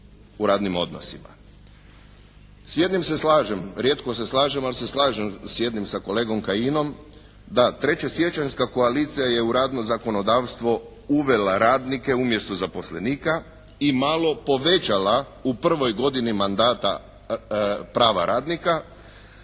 u radnim odnosima.